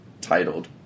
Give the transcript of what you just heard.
titled